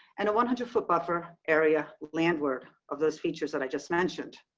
and a one hundred foot buffer area landward of those features that i just mentioned.